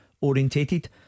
orientated